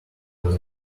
does